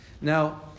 Now